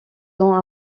ans